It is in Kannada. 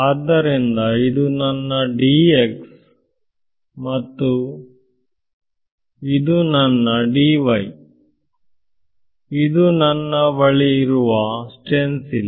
ಆದ್ದರಿಂದ ಇದು ನನ್ನ ಮತ್ತು ಇದು ನನ್ನ ಇದು ನನ್ನ ಬಳಿ ಇರುವ ಸ್ಟೆನ್ಸಿಲ್